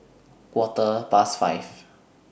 Quarter Past five